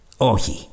ohi